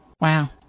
Wow